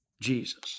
Jesus